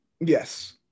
yes